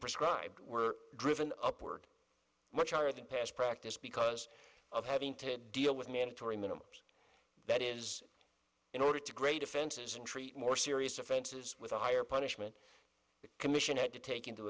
prescribed were driven upward much higher than past practice because of having to deal with mandatory minimums that is in order to great offenses and treat more serious offenses with a higher punishment commission had to take into